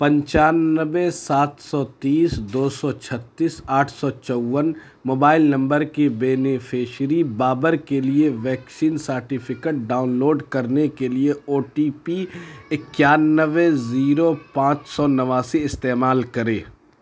پچانوے سات سو تیس دو سو چھتیس آٹھ سو چون موبائل نمبر کے بینیفشیری بابر کے لیے ویکسین سرٹیفکیٹ ڈاؤن لوڈ کرنے کے لیے او ٹی پی اکیانوے زیرو پانچ سو نواسی استعمال کرے